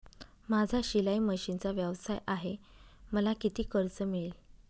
माझा शिलाई मशिनचा व्यवसाय आहे मला किती कर्ज मिळेल?